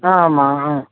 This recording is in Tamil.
ஆ ஆமாம் ஆ